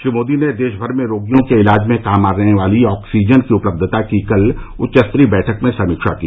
श्री मोदी ने देशमर में रोगियों के इलाज में काम आने वाली आक्सीजन की उपलब्धता की कल उच्च स्तरीय बैठक में समीक्षा की